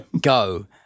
Go